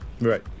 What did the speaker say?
Right